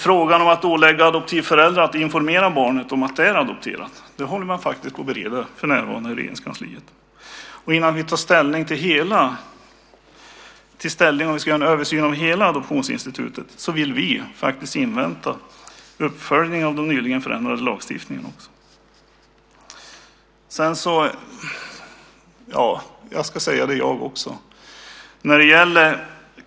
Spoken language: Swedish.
Frågan om att ålägga adoptivföräldrar att informera barnet om att det är adopterat håller man faktiskt på att bereda för närvarande inom Regeringskansliet. Innan vi tar ställning till om vi ska göra en översyn av hela adoptionsinstitutet vill vi invänta uppföljningen av den nyligen förändrade lagstiftningen.